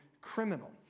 criminal